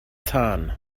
tân